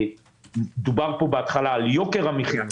דובר פה בהתחלה על יוקר המחיה.